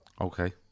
Okay